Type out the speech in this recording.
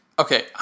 Okay